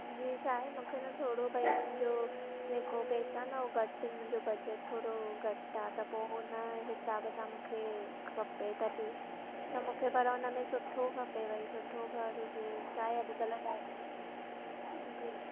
जी छा आहे मूंखे न थोरो भई मुंहिंजो जेको पैसा न उहे घटि आहिनि मुंहिंजो बजट थोरो घटि आहे त पोइ उन हिसाब सां मूंखे खपे तॾहिं त मूंखे पर उन में सुठो खपे भई सुठो घर हुजे चाहे अॼु कल ॾाढी